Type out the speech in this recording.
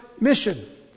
mission